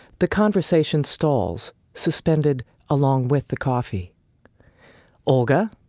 the conversation stalls, suspended along with the coffee olga?